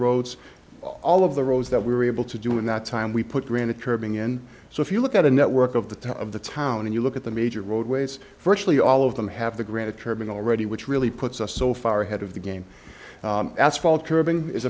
roads all of the roads that we were able to do in that time we put granite curving in so if you look at a network of the top of the town and you look at the major roadways virtually all of them have the granite turban already which really puts us so far ahead of the game asphalt curbing is